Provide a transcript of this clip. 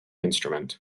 instrument